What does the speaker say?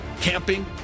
camping